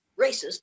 racist